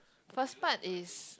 first part is